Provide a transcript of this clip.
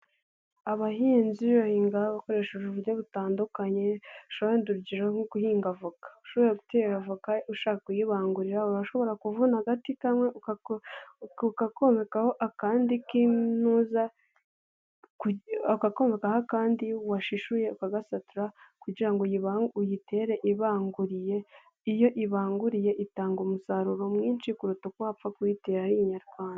Abahinzi bahinga bakoresheje uburyo butandukanyesho, urugero nko guhinga avoka ushobora gutera avoka ushaka kuyibangurira urashobora kuvuna agati kamwe ukomekaho akandi, kandi washishuye ukagasatura kugira ngo uyitere ibanguriye, iyo ibanguriye itanga umusaruro mwinshi kuruta uko wapfa kuyitera ari inyarwanda.